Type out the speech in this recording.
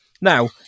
now